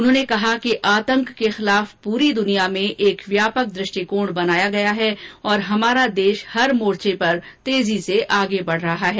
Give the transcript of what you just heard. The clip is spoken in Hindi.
उन्होंने कहा कि आतंक के खिलाफ पूरी दुनिया में एक व्यापक दृष्टिकोण बनाया गया है और हमारा देश हर मोर्चे पर तेजी से आगे बढ़ रहा है